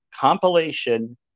compilation